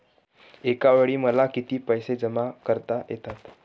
एकावेळी मला किती पैसे जमा करता येतात?